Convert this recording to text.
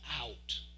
out